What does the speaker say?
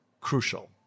crucial